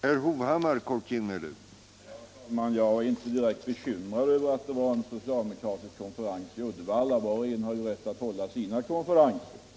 Herr talman! Jag är inte direkt bekymrad över att det var en socialdemokratisk småföretagarkonferens i Uddevalla. Var och en har ju rätt att hålla sina konferenser.